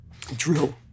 drill